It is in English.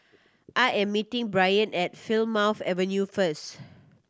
I am meeting Bryanna at Plymouth Avenue first